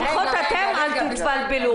לפחות אתם אל תתבלבלו.